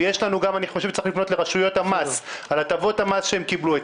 ואני חושב שצריך לפנות גם לרשויות המס על הטבות המס שהם קיבלו.